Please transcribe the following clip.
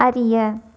அறிய